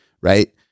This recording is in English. right